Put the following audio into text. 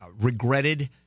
regretted